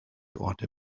orte